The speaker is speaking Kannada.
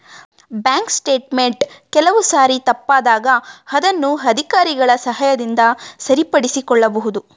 ಬ್ಯಾಂಕ್ ಸ್ಟೇಟ್ ಮೆಂಟ್ ಕೆಲವು ಸಾರಿ ತಪ್ಪಾದಾಗ ಅದನ್ನು ಅಧಿಕಾರಿಗಳ ಸಹಾಯದಿಂದ ಸರಿಪಡಿಸಿಕೊಳ್ಳಬಹುದು